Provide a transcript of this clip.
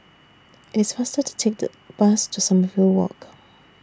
It's faster to Take The Bus to Sommerville Walk